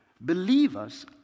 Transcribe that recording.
Believers